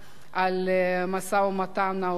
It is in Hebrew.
על המשא-ומתן ההוגן,